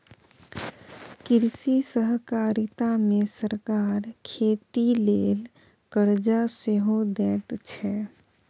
कृषि सहकारिता मे सरकार खेती लेल करजा सेहो दैत छै